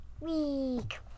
week